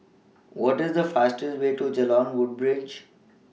What IS The fastest Way to Jalan Woodbridge